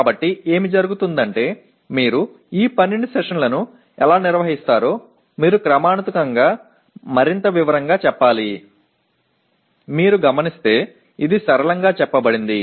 எனவே என்ன நடக்கிறது என்றால் இந்த 12 அமர்வுகளை நீங்கள் எவ்வாறு நடத்துகிறீர்கள் என்பதை மீண்டும் படிப்படியாக மேலும் விவரிக்க வேண்டும்